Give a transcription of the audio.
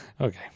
Okay